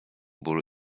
bólu